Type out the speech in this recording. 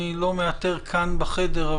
אני לא מאתר כאן בחדר,